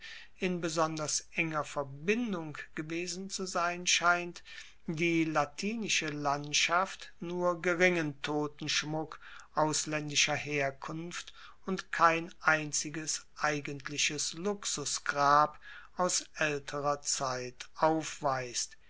in besonders enger verbindung gewesen zu sein scheint die latinische landschaft nur geringen totenschmuck auslaendischer herkunft und kein einziges eigentliches luxusgrab aus aelterer zeit aufweist